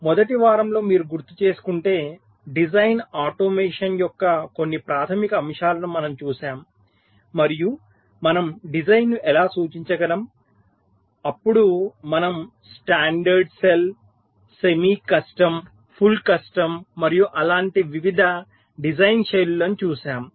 మొదటి వారంలో మీరు గుర్తుచేసుకుంటే డిజైన్ ఆటోమేషన్ యొక్క కొన్ని ప్రాథమిక అంశాలను మనము చూశాము మరియు మనము డిజైన్ను ఎలా సూచించగలం అప్పుడు మనము standard cell semi custom full custom మరియు అలాంటి వివిధ డిజైన్ శైలులను చూశాము